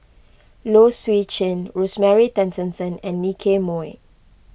Low Swee Chen Rosemary Tessensohn and Nicky Moey